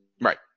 Right